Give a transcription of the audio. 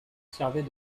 servait